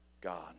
God